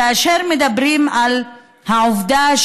כאשר מדברים על העובדה,